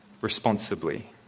responsibly